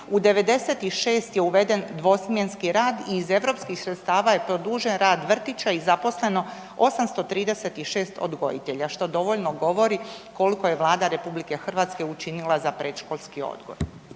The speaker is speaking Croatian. u 96 je uveden dvosmjenski rad i iz europskih sredstava je produžen rad vrtića i zaposleno 836 odgojitelja što dovoljno govori koliko je Vlada RH učinila za predškolski odgoj.